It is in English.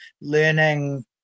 learning